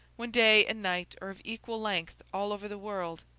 when day and night are of equal length all over the world,